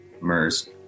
Mers